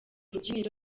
rubyiniro